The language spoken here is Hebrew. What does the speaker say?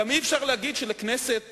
אי-אפשר גם להגיד שלכנסת